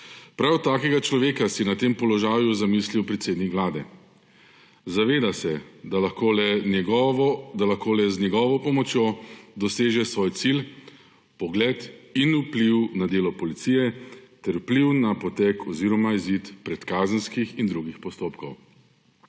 Prav takega človeka si je na tem položaju zamislil predsednik Vlade. Zaveda se, da lahko le z njegovo pomočjo doseže svoj cilj, pogled in vpliv na delo Policije ter vpliv na potek oziroma izid predkazenskih in drugih postopkov.